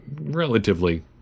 relatively